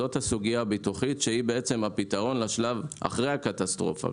זאת הסוגיה הביטוחית שהיא בעצם הפתרון לשלב אחרי הקטסטרופה.